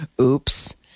Oops